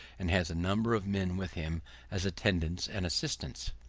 and has a number of men with him as attendants and assistants.